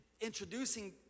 introducing